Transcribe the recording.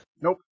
Nope